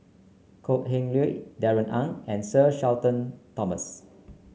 Kok Heng Leun Darrell Ang and Sir Shenton Thomas